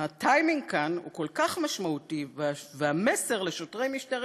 הטיימינג כאן הוא כל כך משמעותי והמסר לשוטרי משטרת